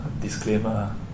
disclaimer